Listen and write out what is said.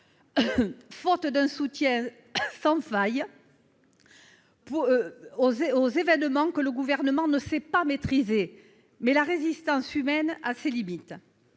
et détermination aux événements que le Gouvernement ne sait pas maîtriser. Mais la résistance humaine a ses limites